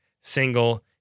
single